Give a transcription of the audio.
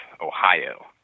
Ohio